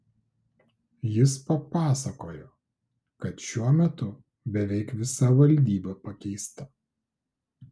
jis papasakojo kad šiuo metu beveik visa valdyba pakeista